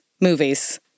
movies